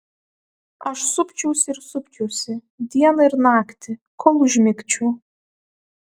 aš supčiausi ir supčiausi dieną ir naktį kol užmigčiau